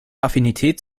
affinität